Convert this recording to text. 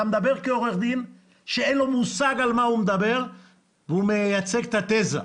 אתה מדבר כעורך דין שאין לו מושג על מה הוא מדבר והוא מייצג את התזה.